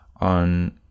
on